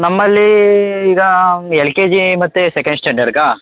ನಮ್ಮಲ್ಲಿ ಈಗ L K G ಮತ್ತು ಸೆಕೆಂಡ್ ಸ್ಟಾಂಡರ್ಡ್ಗಾ